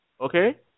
Okay